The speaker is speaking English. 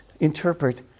interpret